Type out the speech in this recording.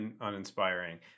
uninspiring